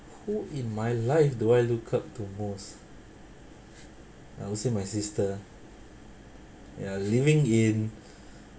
who in my life do I looked up to most I will say my sister ya living in